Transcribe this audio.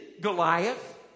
Goliath